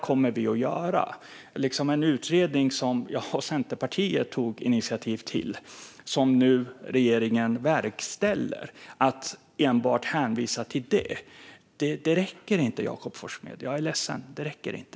Det räcker inte att hänvisa till en utredning som jag och Centerpartiet tog initiativ till, som regeringen nu verkställer. Jag är ledsen, Jakob Forssmed, men det räcker inte.